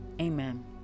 Amen